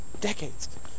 Decades